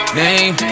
name